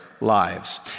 lives